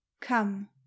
come